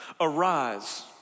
Arise